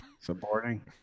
Supporting